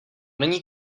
není